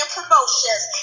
Promotions